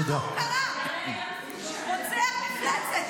ככה הוא קרא: רוצח מפלצת.